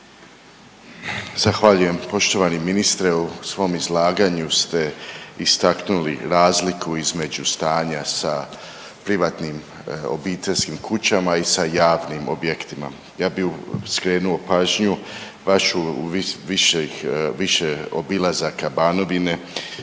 Zahvaljujem. Poštovani ministre u svom izlaganju ste istaknuli razliku između stanja sa privatnim obiteljskim kućama i sa javnim objektima. Ja bi skrenuo pažnju vašu u viših, više obilazaka Banovine